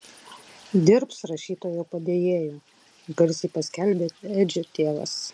dirbs rašytojo padėjėju garsiai paskelbė edžio tėvas